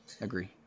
Agree